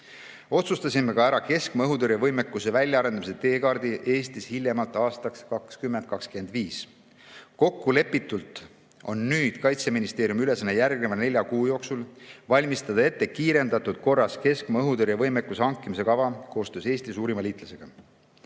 Otsustasime ka ära keskmaa õhutõrje võime väljaarendamise teekaardi Eestis hiljemalt aastaks 2025. Kokkulepitult on nüüd Kaitseministeeriumi ülesanne järgmise nelja kuu jooksul valmistada kiirendatud korras ette keskmaa õhutõrje võime hankimise kava koostöös Eesti suurima liitlasega.